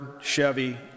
Chevy